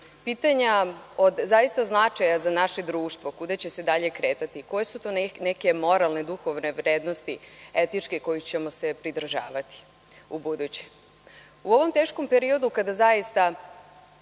pitanja od zaista značaja za naše društvo, kuda će se dalje kretati, koje su to neke moralne, duhovne i etičke vrednosti kojih ćemo se pridržavati ubuduće? U ovom teškom periodu, kada zaista,